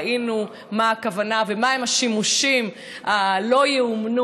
ראינו מה הכוונה ומהם השימושים שלא ייאמנו